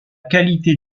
qualité